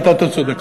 אתה צודק.